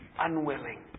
Unwilling